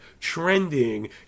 trending